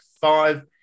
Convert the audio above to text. five